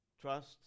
trust